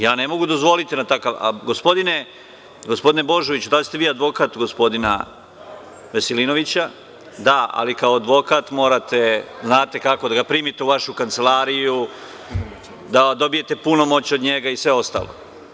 Ja ne mogu dozvoliti na takav … (Balša Božović dobacuje sa mesta.) Gospodine Božoviću da li ste vi advokat gospodina Veselinovića? (Balša Božović, s mesta: Da.) Da, ali kao advokat morate znate kako, da ga primite u vašu kancelariju, da dobijete punomoćje od njega i sve ostalo.